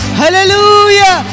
hallelujah